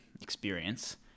experience